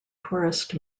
tourist